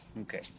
Okay